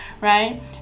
right